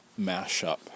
mashup